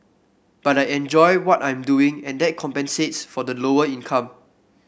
but I enjoy what I'm doing and that compensates for the lower income